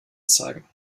zeigen